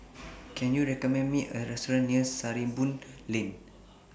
Can YOU recommend Me A Restaurant near Sarimbun Lane